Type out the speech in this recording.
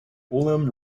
willem